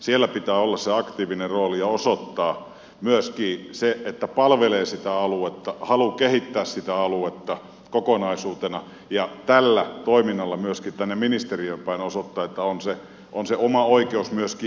siellä pitää olla se aktiivinen rooli ja pitää osoittaa myöskin se että palvelee sitä aluetta haluaa kehittää sitä aluetta kokonaisuutena ja tällä toiminnalla myöskin tänne ministeriöön päin osoittaa että on se oma oikeus myöskin elää